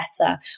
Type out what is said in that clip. better